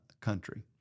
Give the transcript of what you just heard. country